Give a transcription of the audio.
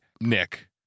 Nick